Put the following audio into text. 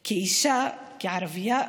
כאישה, כערבייה,